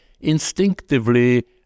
instinctively